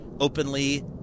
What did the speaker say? openly